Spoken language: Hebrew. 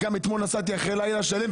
גם אתמול אחרי הלילה שהיה נסעתי.